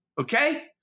Okay